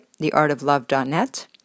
theartoflove.net